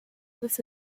this